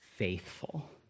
faithful